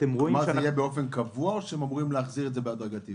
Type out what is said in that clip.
זה יהיה באופן קבוע או הם אמורים להחזיר את זה בהדרגתיות?